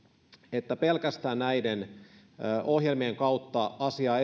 että pelkästään näiden ohjelmien kautta asiaa